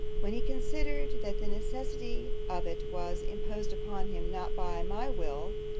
when he considered, that the necessity of it was imposed upon him, not by my will,